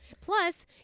Plus